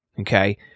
Okay